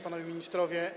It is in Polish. Panowie Ministrowie!